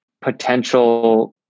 potential